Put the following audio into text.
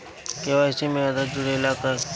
KYC में आधार जुड़े ला का?